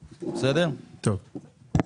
נתייחס.